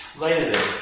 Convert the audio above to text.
Later